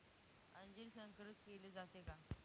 अंजीर संकरित केले जाते का?